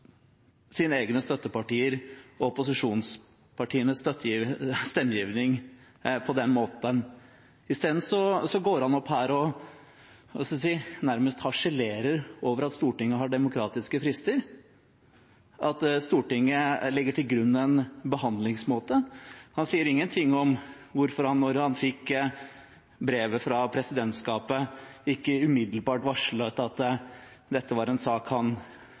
sine egne støttepartier og opposisjonspartienes stemmegivning på den måten. Isteden går han opp her og – hva skal jeg si – nærmest harselerer over at Stortinget har demokratiske frister, at Stortinget legger til grunn en behandlingsmåte. Han sier ingenting om hvorfor han da han fikk brevet fra presidentskapet, ikke umiddelbart varslet at dette var en sak han